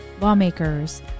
lawmakers